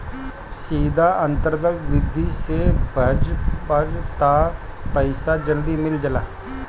सीधा अंतरण विधि से भजबअ तअ पईसा जल्दी मिल जाला